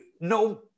no